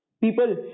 people